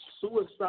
suicide